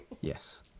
Yes